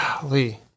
Golly